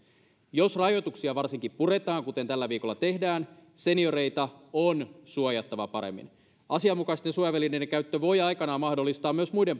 jos rajoituksia puretaan kuten tällä viikolla tehdään senioreita on suojattava paremmin asianmukaisten suojavälineiden käyttö voi aikanaan mahdollistaa myös muiden